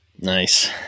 Nice